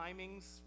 timings